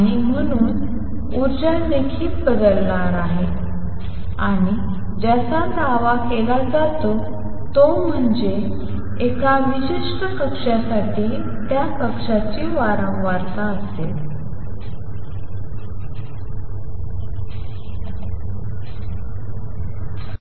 आणि म्हणून ऊर्जा देखील बदलणार आहे आणि ज्याचा दावा केला जातो तो म्हणजे एका विशिष्ट कक्षासाठी त्या कक्षाची वारंवारता असेल